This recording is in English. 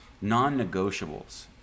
non-negotiables